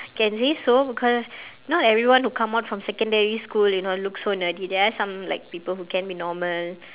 can say so because not everyone who come out from secondary school you know look so nerdy there are some like people who can be normal